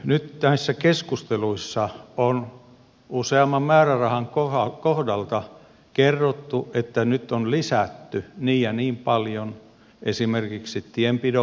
nyt näissä keskusteluissa on useamman määrärahan kohdalta kerrottu että nyt on lisätty niin ja niin paljon esimerkiksi tienpidon määrärahoja